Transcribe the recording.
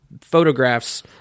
photographs